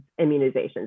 immunizations